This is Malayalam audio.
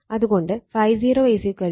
അത് കൊണ്ട് ∅0 70